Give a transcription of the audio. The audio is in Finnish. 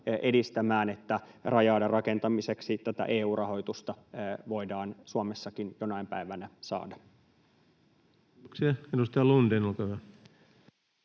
edistämään, että raja-aidan rakentamiseksi tätä EU-rahoitusta voidaan Suomessakin jonain päivänä saada. [Speech 145] Speaker: